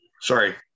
sorry